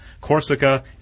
Corsica